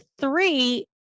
three